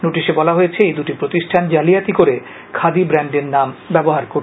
নোটিশে বলা হয়েছে এই দুটি প্রতিষ্ঠান জালিয়াতি করে খাদি ব্র্যান্ডের নাম ব্যবহার করছে